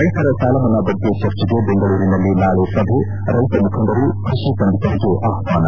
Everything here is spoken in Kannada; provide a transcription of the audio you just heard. ರೈತರ ಸಾಲಮನ್ನಾ ಬಗ್ಗೆ ಚರ್ಚೆಗೆ ಬೆಂಗಳೂರಿನಲ್ಲಿ ನಾಳೆ ಸಭೆ ರೈತ ಮುಖಂಡರು ಕೈಷಿ ಪಂಡಿತರಿಗೆ ಆಹ್ವಾನ